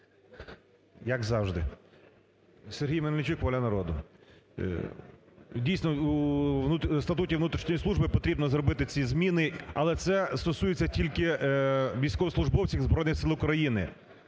Як завжди. Сергій Мельничук, "Воля народу". Дійсно, у статуті внутрішньої служби потрібно зробити ці зміни, але це стосується тільки військовослужбовців Збройних сил України.